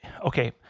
okay